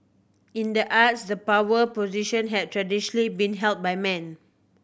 in the arts the power position have traditionally been held by men